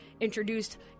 introduced